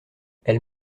elle